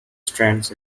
strands